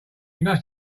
must